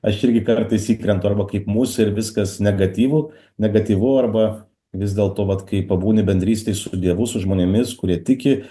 aš irgi kartais įkrentu arba kaip musė viskas negatyvu negatyvu arba vis dėlto vat kai pabūni bendrystėj su dievu su žmonėmis kurie tiki